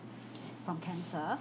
from cancer